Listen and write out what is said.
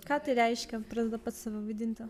ką tai reiškia pradeda pats save vaidinti